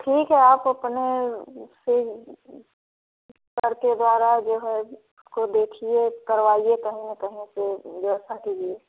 ठीक है आप अपने से सर के द्वारा जो है इसको देखिए करवाइए कही ना कही से व्यवस्था कीजिए